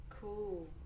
Cool